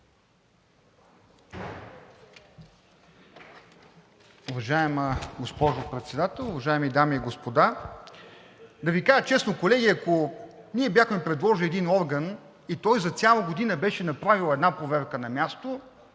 Уважаема госпожо Председател, уважаеми дами и господа! Да Ви кажа честно, колеги, ако ние бяхме предложили един орган и той за цяла година беше направил една проверка на място,